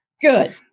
Good